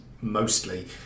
mostly